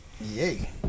Yay